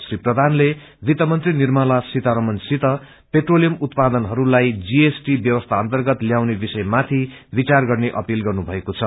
श्री प्रधानले वित्तमंत्री निम्रला सीतारमन सित पेट्रोलियम उत्पादहरूलाई जीएसटि व्यवस्था अर्न्तगत ल्याउने विषयमार्रि विचार गर्ने अपील गर्नुभएको छ